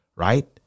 right